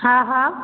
हा हा